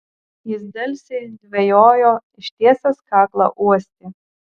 jis delsė dvejojo ištiesęs kaklą uostė